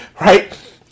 right